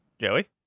Joey